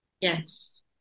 Yes